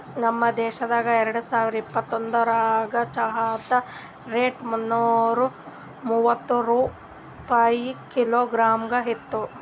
ನಮ್ ದೇಶದಾಗ್ ಎರಡು ಸಾವಿರ ಇಪ್ಪತ್ತೊಂದರಾಗ್ ಚಹಾದ್ ರೇಟ್ ಮುನ್ನೂರಾ ಮೂವತ್ಮೂರು ರೂಪಾಯಿ ಕಿಲೋಗ್ರಾಮ್ ಇತ್ತು